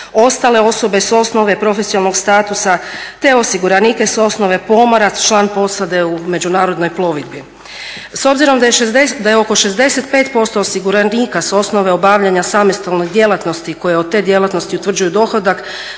ostale osobe s osnove profesionalnog statusa te osiguranike s osnove pomorac član posade u međunarodnoj plovidbi. S obzirom da je oko 65& osiguranika s osnove obavljanja samostalne djelatnosti koje od te djelatnosti utvrđuje dohodak